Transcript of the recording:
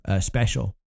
special